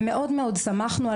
מאוד מאוד שמחנו,